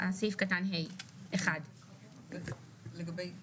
ואני הייתי שמחה להסתפק בזה בלי להיגרר לנושאים אחרים.